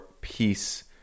peace